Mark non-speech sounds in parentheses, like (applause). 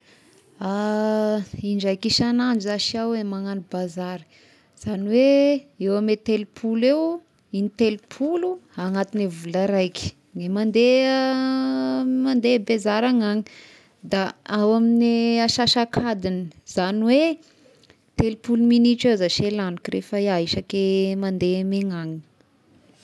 (hesitation) Indraiky isan'andro zashy iaho magnano bazary, izany hoe eo ame telopolo eo in-telopolo agnatiny vola raiky ny mandeha (hesitation) mandeha bezary agnany, da ao amign'ny asasak'adigny izany hoe telopolo minitra eo zashy lagniko rehefa iaho isaky mandeha amignany.